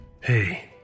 Hey